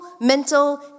mental